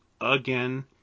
again